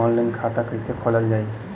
Online खाता कईसे खोलल जाई?